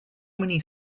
many